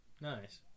Nice